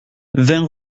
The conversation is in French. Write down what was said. vingt